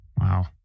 Wow